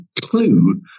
clue